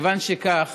כיוון שכך,